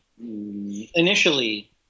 initially